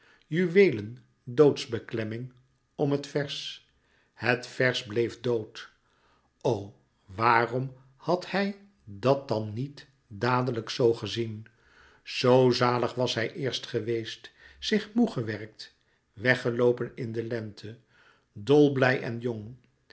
juweelen doodsbeklemming om het vers het vers bleef dood o waarom had hij dat dan niet dadelijk zoo gezien zoo zalig was hij eerst geweest zich moê gewerkt weggeloopen in de lente dolblij en jong